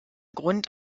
grund